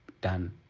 done